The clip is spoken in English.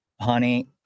Honey